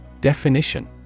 Definition